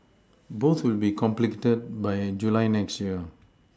both will be completed by July next year